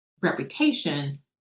reputation